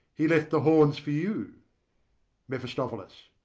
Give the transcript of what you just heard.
he left the horns for you mephistophilis,